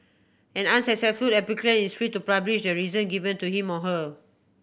an unsuccessful applicant is free to publish the reason given to him or her